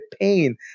pain